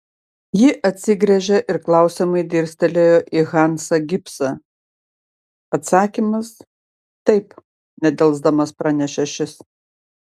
ji atsigręžė ir klausiamai dirstelėjo į hansą gibsą atsakymas taip nedelsdamas pranešė šis